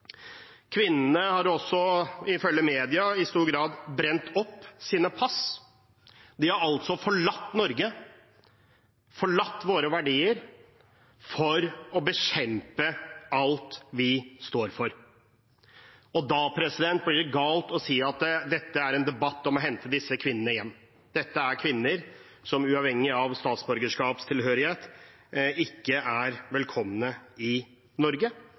Kvinnene har også, ifølge media, i stor grad brent opp sine pass. De har altså forlatt Norge, forlatt våre verdier, for å bekjempe alt vi står for. Da blir det galt å si at dette er en debatt om å hente disse kvinnene hjem. Dette er kvinner som, uavhengig av statsborgerskapstilhørighet, ikke er velkomne i Norge.